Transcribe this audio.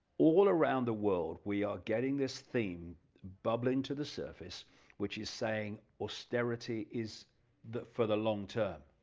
all around the world we are getting this theme bubbling to the surface which is saying austerity is the for the long term,